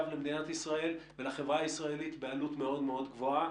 למדינת ישראל ולחברה הישראלית בעלות מאוד גבוהה.